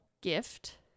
gift